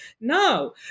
no